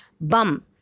bum